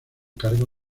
cargo